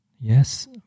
Yes